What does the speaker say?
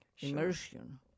immersion